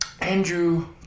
Andrew